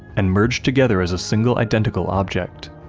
and merged together as a single identical object.